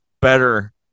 better